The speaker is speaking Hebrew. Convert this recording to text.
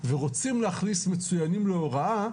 ורוצים להכניס מצוינים להוראה,